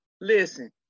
listen